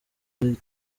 uri